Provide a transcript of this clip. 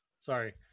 Sorry